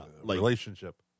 relationship